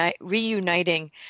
reuniting